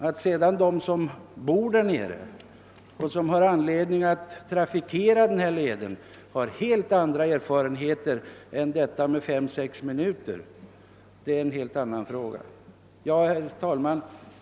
Att sedan de som bor där nere och trafikerar den här leden har helt andra erfarenheter än att bron bara är uppe 5 å 6 minuter i taget är en helt annan sak. Herr talman!